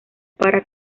para